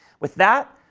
with that,